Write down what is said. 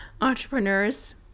entrepreneurs